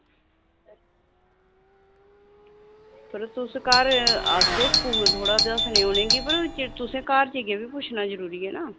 पर तुस घर अस ते स्कूल थोह्ड़ा दस्सने उ'नेंगी पर तुसें घर जाइयै बी पुच्छना जरूरी ऐ ना